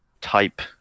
type